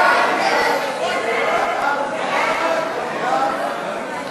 ההצעה להעביר את הצעת חוק לתיקון פקודת מס הכנסה (מס' 217)